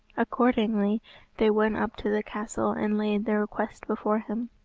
accordingly they went up to the castle and laid their request before him.